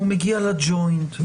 הוא מגיע לג'וינט,